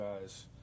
guys